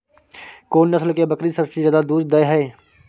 कोन नस्ल के बकरी सबसे ज्यादा दूध दय हय?